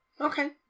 Okay